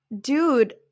dude